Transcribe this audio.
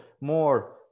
more